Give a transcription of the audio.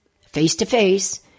face-to-face